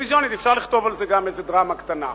ואפשר לכתוב על זה גם איזה דרמה קטנה.